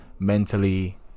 mentally